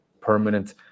permanent